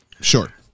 Sure